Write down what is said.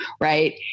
right